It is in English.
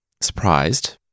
Surprised